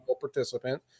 participant